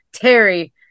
Terry